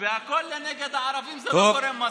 זה לא שם.